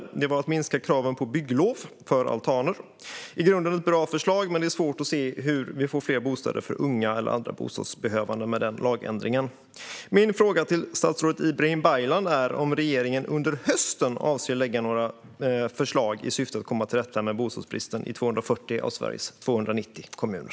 Den handlar om att minska kraven på bygglov för altaner. Det är i grunden ett bra förslag, men det är svårt att se hur vi får fler bostäder för unga eller andra bostadsbehövande med den lagändringen. Min fråga till statsrådet Ibrahim Baylan är: Avser regeringen att under hösten lägga fram några förslag i syfte att komma till rätta med bostadsbristen i 240 av Sveriges 290 kommuner?